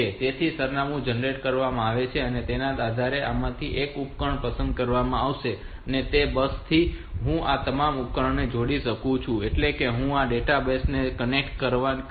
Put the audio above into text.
તેથી જે સરનામું જનરેટ કરવામાં આવે છે તેના આધારે આમાંથી એક ઉપકરણ પસંદ કરવામાં આવશે અને તે બસ થી હું આ તમામ ઉપકરણોને જોડી શકીશ એટલે કે હું આ ડેટા બસ ને કનેક્ટ કરી શકીશ